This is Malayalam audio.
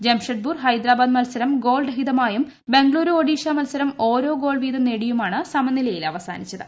ജംഷഡ്പൂർ ഹൈദരാബാദ് മത്സരം ഗോൾരഹിതമായും ബംഗളുരൂ ഒഡിഷ മത്സരം ഓരോ ഗോൾ വീതം നേടിയുമാണ് സമനിലയിൽ അവസാനിച്ചത്